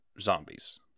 zombies